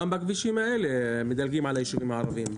גם בכבישים האלה מדלגים על היישובים הערביים.